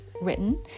written